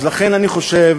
אז לכן אני חושב